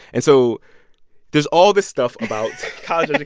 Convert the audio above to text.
and so there's all this stuff about college like